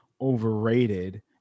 overrated